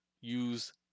use